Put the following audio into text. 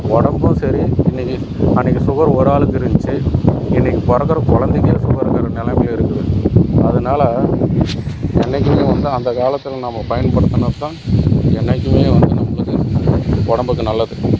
உடம்பும் சரி இன்னைக்கு அன்னைக்கு சுகர் ஒரு ஆளுக்கு இருந்துச்சி இன்னைக்கு பிறக்குற குழந்தைக்கே சுகர் இருக்குற நிலமைல இருக்குது அதனால் என்னைக்குமே வந்து அந்த காலத்தில் நம்ம பயன்படுத்துனது தான் என்னைக்குமே வந்து நம்மளுக்கு உடம்புக்கு நல்லது